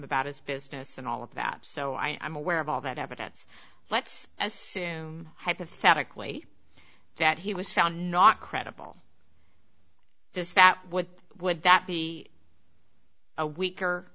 about his business and all of that so i am aware of all that evidence let's assume hypothetically that he was found not credible what would that be a weaker